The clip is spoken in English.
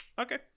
Okay